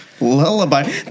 lullaby